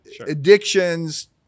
Addictions